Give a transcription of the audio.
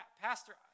Pastor